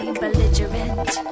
belligerent